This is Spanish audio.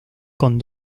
con